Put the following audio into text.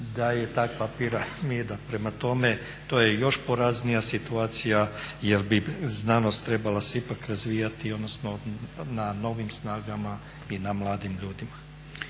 da je takva piramida. Prema tome, to je još poraznija situacija jer bi znanost trebala se ipak razvijati odnosno na novim snagama i na mladim ljudima.